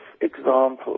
examples